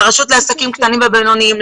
לרשות לעסקים קטנים ובינוניים,